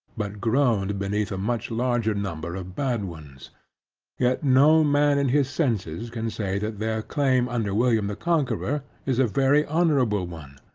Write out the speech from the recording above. but groaned beneath a much larger number of bad ones yet no man in his senses can say that their claim under william the conqueror is a very honorable one.